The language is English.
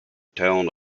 town